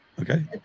Okay